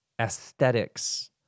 Aesthetics